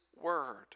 word